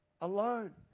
alone